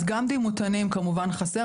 אז גם דימותנים כמובן חסר,